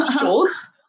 shorts